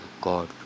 God